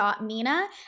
Mina